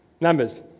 Numbers